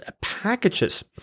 packages